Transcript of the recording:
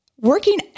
working